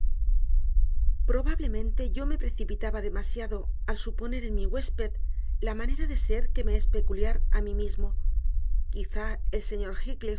probablemente yo me precipitaba demasiado al suponer en mi huésped la manera de ser que me es peculiar a mí mismo quizá el señor